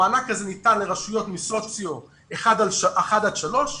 המענק הזה ניתן לרשויות מסוציו 1 עד 3,